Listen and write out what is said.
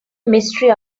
mystery